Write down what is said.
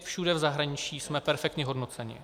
Všude v zahraničí jsme perfektně hodnoceni.